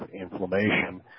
inflammation